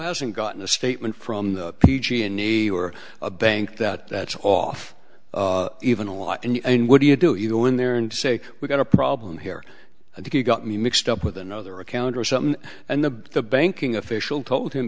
hasn't gotten a statement from the p g and e or a bank that that's off even a lot and what do you do either go in there and say we've got a problem here i think you got me mixed up with another account or something and the the banking official told him